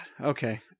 Okay